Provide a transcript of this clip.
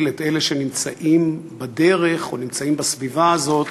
את אלה שנמצאים בדרך או נמצאים בסביבה הזו,